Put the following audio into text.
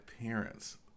parents